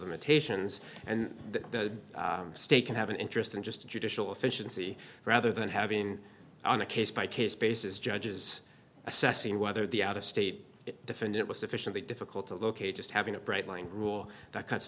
limitations and that the state can have an interest in just a judicial efficiency rather than having on a case by case basis judges assessing whether the out of state defendant was sufficiently difficult to locate just having a bright line rule that cuts